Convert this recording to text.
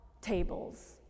tables